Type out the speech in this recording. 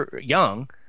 young